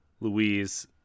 Louise